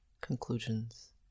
conclusions